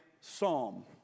psalm